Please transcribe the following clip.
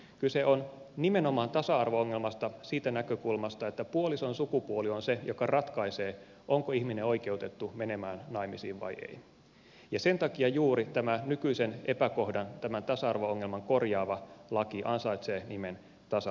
kyse on nimenomaan tasa arvo ongelmasta siitä näkökulmasta että puolison sukupuoli on se joka ratkaisee onko ihminen oikeutettu menemään naimisiin vai ei ja sen takia juuri tämän nykyisen epäkohdan tämän tasa arvo ongelman korjaava laki ansaitsee nimen tasa arvoinen avioliittolaki